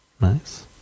nice